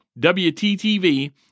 WTTV